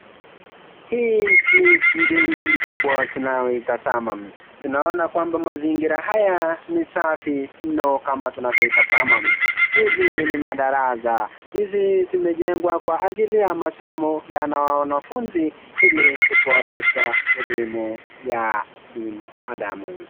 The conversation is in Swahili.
Hii ni mjengo mkubwa tunayo itazama, tunaona kwamba mazingira haya ni safi mno kama tunavyo itazama, hizi ni madarasa, hizi zimejengwa kwa ajili ya masomo ya wanafunzi ili kuboresha elimu ya binadamu.